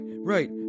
right